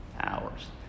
Hours